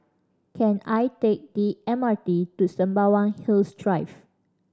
can I take M R T to Sembawang Hills Drive